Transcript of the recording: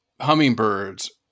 hummingbirds